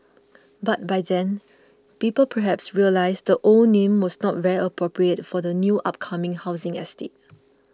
but by then people perhaps realised the old name was not very appropriate for the new upcoming housing estate